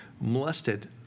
molested